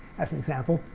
as an example,